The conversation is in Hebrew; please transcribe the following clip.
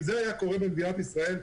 אם זה היה קורה במדינת ישראל,